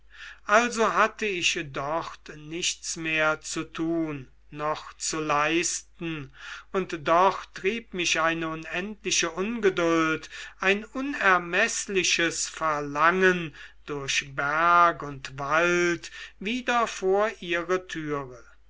also hatte ich dort nichts mehr zu tun noch zu leisten und doch trieb mich eine unendliche ungeduld ein unermeßliches verlangen durch berg und wald wieder vor ihre türe